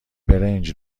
برنج